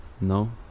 No